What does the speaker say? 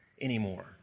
anymore